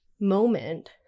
moment